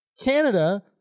canada